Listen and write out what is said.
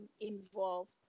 involved